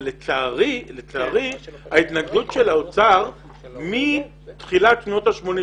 אבל לצערי ההתנגדות של האוצר מתחילת שנות ה-80,